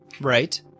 Right